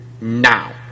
now